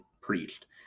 preached